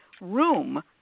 room